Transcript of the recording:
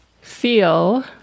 feel